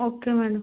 okay madam